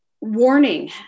warning